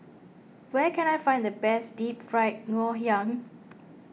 where can I find the best Deep Fried Ngoh Hiang